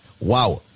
Wow